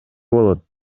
болот